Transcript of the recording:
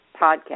podcast